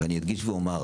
ואני אדגיש ואומר,